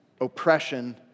oppression